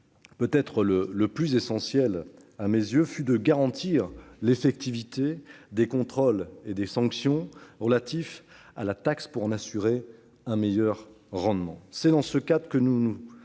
peut-être le plus essentiel à mes yeux, fut de garantir l'effectivité des contrôles et sanctions relatifs à la taxe, pour en assurer un meilleur rendement. C'est dans ce cadre que nous avons